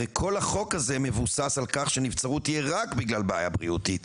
הרי כל החוק הזה מבוסס על כך שנבצרות תהיה רק בגלל בעיה בריאותית,